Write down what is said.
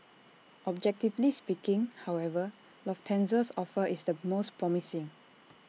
objectively speaking however Lufthansa's offer is the most promising